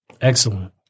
Excellent